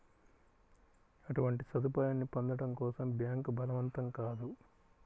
అటువంటి సదుపాయాన్ని పొందడం కోసం బ్యాంక్ బలవంతం కాదు